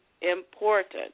important